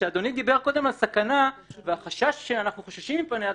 כשאדוני דיבר קודם על סכנה והחשש שאנחנו חוששים מפניה,